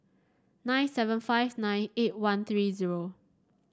nine seven five nine eight one three zero